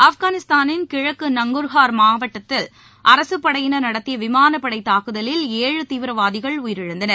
ஆப்கானிஸ்தானில் கிழக்கு நங்கர்ஹார் மாகாணத்தில் அரசுப்படையினர் நடத்திய விமானப்படை தாக்குதலில் ஏழு தீவிரவாதிகள் உயிரிழந்தனர்